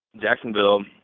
Jacksonville